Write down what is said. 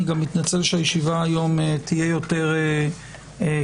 אני גם מתנצל שהישיבה היום תהיה יותר קצרה,